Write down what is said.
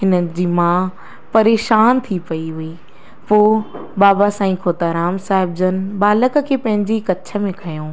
हिननि जी माउ परेशान थी पई हुई पोइ बाबा साई खोताराम साहिब जन बालक खे पंहिंजी कच्छ में खंयो